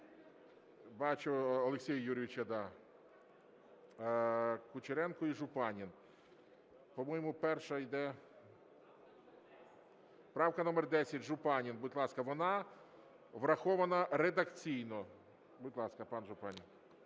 бачу Олексія Юрійовича, да. Кучеренко і Жупанин. По-моєму, перша йде… Правка номер 10, Жупанин, будь ласка. Вона врахована редакційно. Будь ласка, пан Жупанин.